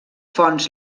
fonts